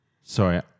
Sorry